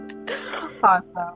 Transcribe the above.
Awesome